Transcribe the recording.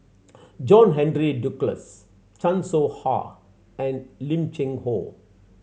John Henry Duclos Chan Soh Ha and Lim Cheng Hoe